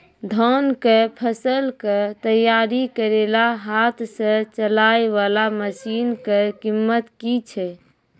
धान कऽ फसल कऽ तैयारी करेला हाथ सऽ चलाय वाला मसीन कऽ कीमत की छै?